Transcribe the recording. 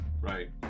Right